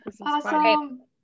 Awesome